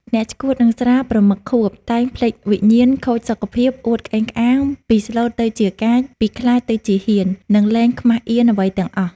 អ្នកឆ្កួតនឹងស្រា ប្រមឹកខួប តែងភ្លេចវិញ្ញាណ ខូចសុខភាព អួតក្អេងក្អាង ពីស្លូតទៅជាកាច ពីខ្លាចទៅជាហ៊ាន និងលែងខ្មាសអៀនអ្វីទាំងអស់។